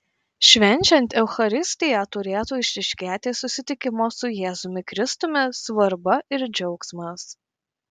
švenčiant eucharistiją turėtų išryškėti susitikimo su jėzumi kristumi svarba ir džiaugsmas